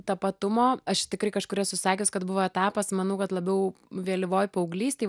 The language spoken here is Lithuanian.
tapatumo aš tikrai kažkur esu sakius kad buvo etapas manau kad labiau vėlyvoj paauglystėj